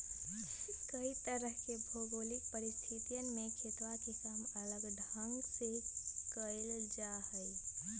कई तरह के भौगोलिक परिस्थितियन में खेतवा के काम अलग ढंग से कइल जाहई